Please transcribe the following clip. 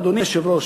אדוני היושב-ראש,